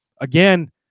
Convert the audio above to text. again